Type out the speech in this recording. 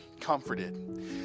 comforted